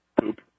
Poop